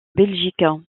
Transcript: belgique